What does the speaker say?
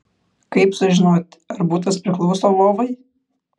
kaip sužinoti ar butas priklauso vovai